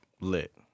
Lit